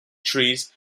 trees